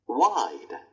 wide